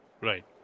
Right